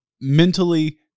mentally